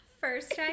First